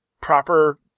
proper